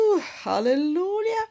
hallelujah